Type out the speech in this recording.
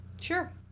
Sure